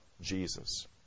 Jesus